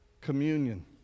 Communion